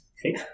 okay